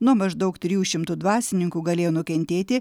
nuo maždaug trijų šimtų dvasininkų galėjo nukentėti